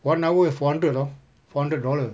one hour four hundred you know four hundred dollar